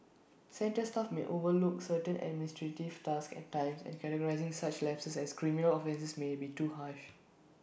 centre staff may overlook certain administrative tasks at times and categorising such lapses as criminal offences may be too harsh